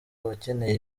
abakeneye